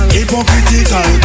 hypocritical